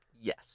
Yes